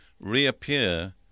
reappear